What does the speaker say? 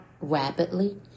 rapidly